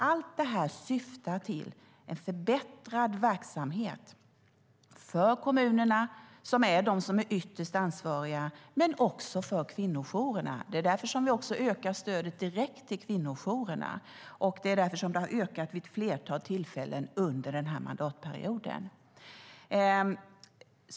Allt det här syftar till en förbättrad verksamhet för kommunerna, som är ytterst ansvariga, men också för kvinnojourerna. Det är därför vi ökar stödet direkt till kvinnojourerna, och det är därför det har ökat vid ett flertal tillfällen under mandatperioden.